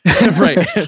Right